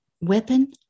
weapon